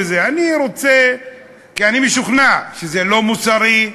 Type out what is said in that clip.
כי אני משוכנע שזה לא מוסרי,